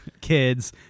kids